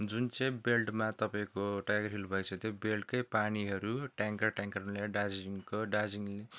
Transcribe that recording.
जुन चाहिँ बेल्टमा तपाईँको टाइगर हिल भएको छ त्यो बेल्टकै पानीहरू ट्याङ्कर ट्याङ्करमा ल्याएर दार्जिलिङको दार्जिलिङ